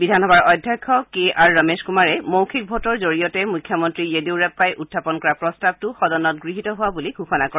বিধানসভাৰ অধ্যক্ষ K R Ramesh কুমাৰে মৌখিক ভোটৰ জৰিয়তে মুখ্যমন্ত্ৰী য়েডিয়ুৰাপ্পাই উখাপন কৰা প্ৰস্তাৱটো সদনত গৃহীত হোৱা বুলি ঘোষণা কৰে